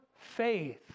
faith